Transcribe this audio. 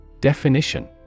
Definition